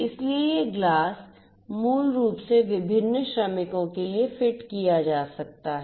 इसलिए यह ग्लास मूल रूप से विभिन्न श्रमिकों के लिए फिट किया जा सकता है